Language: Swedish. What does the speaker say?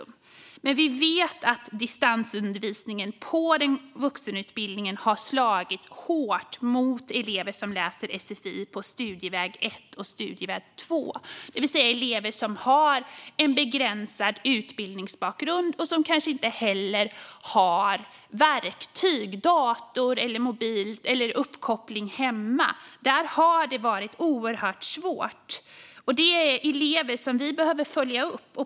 Men vi vet att distansundervisningen inom vuxenutbildningen har slagit hårt mot elever som läser sfi på studieväg 1 och studieväg 2, det vill säga elever som har en begränsad utbildningsbakgrund och kanske inte heller har verktyg som dator eller mobil, eller uppkoppling hemma. Där har det varit oerhört svårt. Detta är elever som vi behöver följa upp.